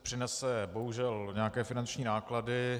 Přinese to bohužel nějaké finanční náklady.